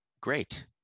great